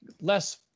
less